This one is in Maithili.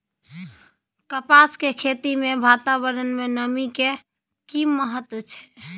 कपास के खेती मे वातावरण में नमी के की महत्व छै?